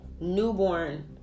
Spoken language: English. newborn